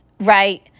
right